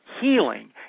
healing